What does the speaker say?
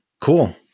Cool